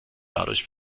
dadurch